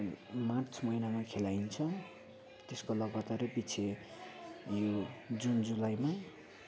March महिनामा खेलाइन्छ त्यसको लगातार पिछे यो जुन जुलाईमा